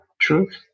truth